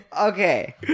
Okay